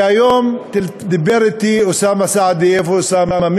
שהיום דיבר אתי, אוסאמה סעדי, איפה אוסאמה?